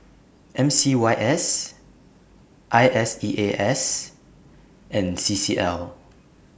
M C Y S I S E A S and C C L